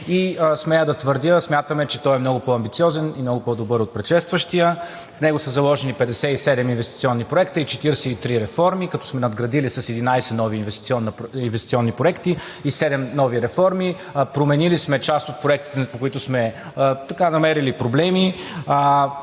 и смея да твърдя, смятаме, че той е много по-амбициозен и много по-добър от предшестващия. В него са заложени 57 инвестиционни проекта и 43 реформи, като сме надградили с 11 нови инвестиционни проекта и седем нови реформи, променили сме част от проектите, по които сме намерили проблеми.